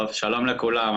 שלום לכולם.